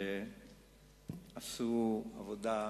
שעשו עבודה,